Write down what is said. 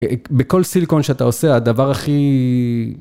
בכל סיליקון שאתה עושה, הדבר הכי...